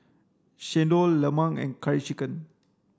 chendol lemang and curry chicken